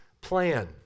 plan